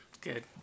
Good